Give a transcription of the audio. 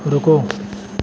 ਰੁਕੋ